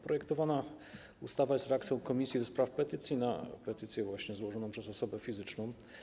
Projektowana ustawa jest reakcją Komisji do Spraw Petycji na petycję złożoną przez osobę fizyczną.